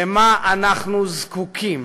למה אנחנו זקוקים.